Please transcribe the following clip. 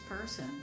person